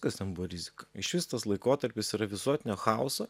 kas ten buvo rizika išvis tas laikotarpis yra visuotinio chaoso